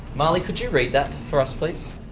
marley could you read that for us, please?